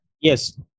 Yes